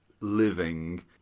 living